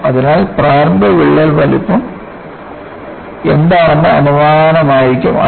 അതിനാൽ പ്രാരംഭ വിള്ളൽ വലുപ്പം എന്താണെന്ന അനുമാനമായിരിക്കും അത്